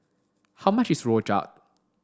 how much is rojak